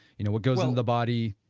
you know what goes in the body,